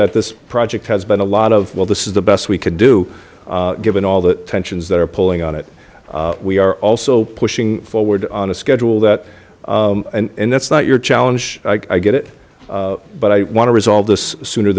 that this project has been a lot of well this is the best we can do given all the tensions that are pulling on it we are also pushing forward on a schedule that and that's not your challenge i get it but i want to resolve this sooner